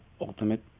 ultimate